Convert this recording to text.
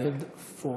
עודד פורר.